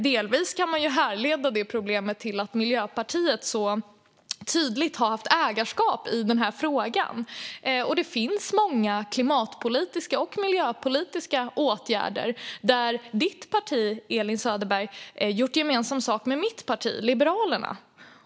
Delvis kan man härleda det problemet till att Miljöpartiet så tydligt har haft ägarskap i frågan, och det finns många klimatpolitiska och miljöpolitiska åtgärder där Elin Söderbergs parti har gjort gemensam sak med mitt parti Liberalerna.